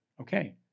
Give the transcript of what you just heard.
okay